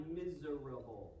miserable